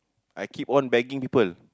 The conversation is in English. I keep on begging people